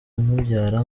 umubyara